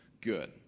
good